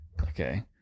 okay